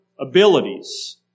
abilities